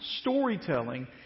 storytelling